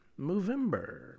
Movember